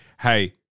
Hey